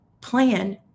plan